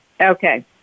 Okay